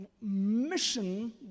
Mission